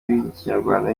rw’ikinyarwanda